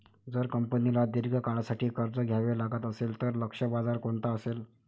जर कंपनीला दीर्घ काळासाठी कर्ज घ्यावे लागत असेल, तर लक्ष्य बाजार कोणता असेल?